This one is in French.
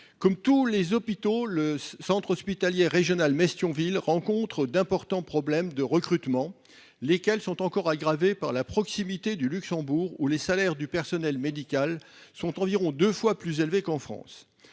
Comme tous les hôpitaux, le centre hospitalier régional Metz-Thionville rencontre d'importants problèmes de recrutement, lesquels sont encore aggravés par la proximité du Luxembourg, où les salaires du personnel médical sont environ deux fois plus élevés qu'en France.